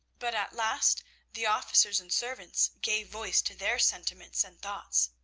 but at last the officers and servants gave voice to their sentiments and thoughts.